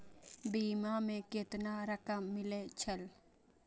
बीमा में केतना रकम मिले छै?